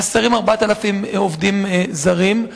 וחסרים 4,000 עובדים זרים.